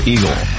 Eagle